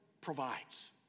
provides